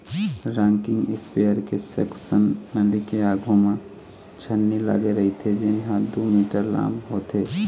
rocking sprayer के section नली के आघू म छन्नी लागे रहिथे जेन ह दू मीटर लाम होथे